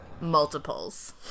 Multiples